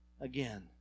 again